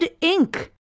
ink